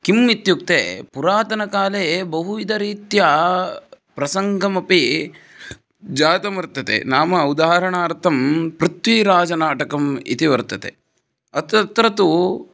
किम् इत्युक्ते पुरातनकाले बहुविधरीत्या प्रसङ्गमपि जातं वर्तते नाम उदाहरणार्थं पृथ्वीराजनाटकम् इति वर्तते अत्र तु